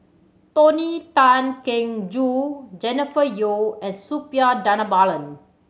Tony Tan Keng Joo Jennifer Yeo and Suppiah Dhanabalan